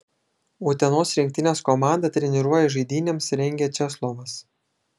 utenos rinktinės komandą treniruoja žaidynėms rengia česlovas